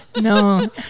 No